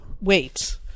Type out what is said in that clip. wait